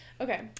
Okay